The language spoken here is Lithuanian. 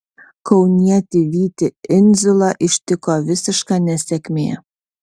kaunietį vytį indziulą ištiko visiška nesėkmė